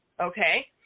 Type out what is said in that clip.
Okay